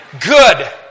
Good